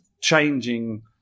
changing